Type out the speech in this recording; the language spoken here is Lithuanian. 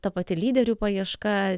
ta pati lyderių paieška